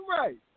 right